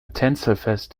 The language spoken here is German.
tänzelfest